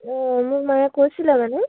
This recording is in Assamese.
অঁ মোক মায়ে কৈছিলে মানে